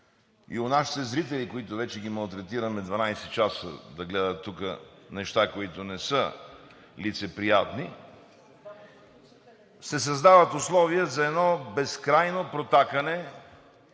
и у нашите зрители, които вече ги малтретираме 12 часа да гледат тук неща, които не са лицеприятни, създават се условия за едно безкрайно протакане.